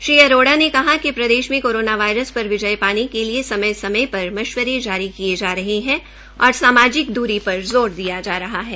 श्री अरोड़ा ने कहा कि प्रदेश मे कोरोना वायरस पर विजय पाने के लिए समय समय पर मशवरे जारी किये जा रहे है और सामाजिक दूरी पर जोर दिया जा रहा है